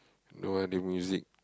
no other music